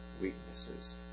weaknesses